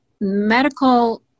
medical